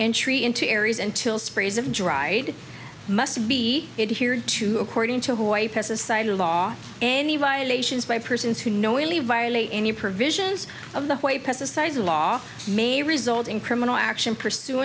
entry into areas until sprays of dried must be made here too according to hawaii press the side of law and the violations by persons who knowingly violate any provisions of the white pesticides law may result in criminal action pursu